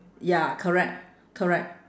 ya correct correct